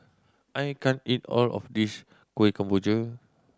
I can't eat all of this Kueh Kemboja